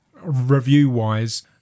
review-wise